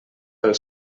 pel